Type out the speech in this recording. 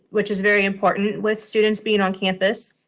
which is very important with students being on campus.